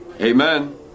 Amen